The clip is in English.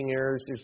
errors